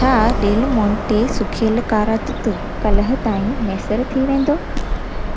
छा डेलमोंटे सुखियलु कारा तूत कल्ह ताईं मुयसरु थी वेंदो